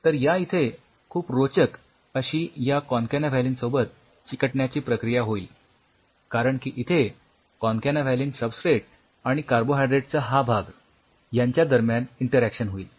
तर या इथे खूप रोचक अशी या कॉनकॅनाव्हॅलीन सोबत चिकटण्याची प्रक्रिया होईल कारण की इथे कॉनकॅनाव्हॅलीन सबस्ट्रेट आणि कार्बोहायड्रेटचा हा भाग यांच्या दरम्यान इंटरॅक्शन होईल